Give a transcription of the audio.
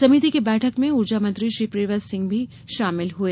समिति की बैठक में ऊर्जा मंत्री श्री प्रियव्रत सिंह भी शामिल हुए